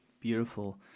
Beautiful